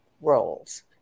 roles